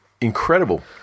incredible